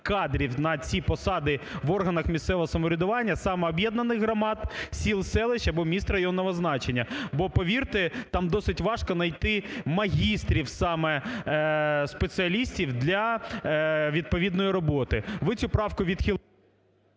на ці посади в органах місцевого самоврядування, самооб'єднаних громад, сіл, селищ або міст районного значення. Бо, повірте, там досить важко найти магістрів саме, спеціалістів для відповідної роботи. Ви цю правку відхилили…